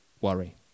worry